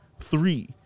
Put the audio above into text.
three